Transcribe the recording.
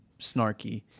snarky